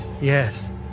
yes